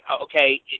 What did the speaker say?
okay